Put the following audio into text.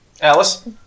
Alice